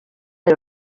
del